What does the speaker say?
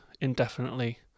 indefinitely